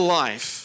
life